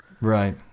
Right